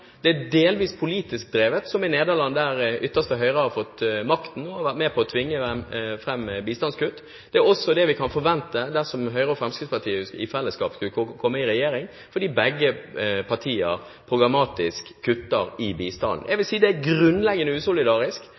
fått makten og har vært med på å tvinge fram bistandskutt. Det er også det vi kan forvente dersom Høyre og Fremskrittspartiet i fellesskap skulle komme i regjering, fordi begge partier programmatisk kutter i bistanden. Jeg vil si at det er grunnleggende usolidarisk,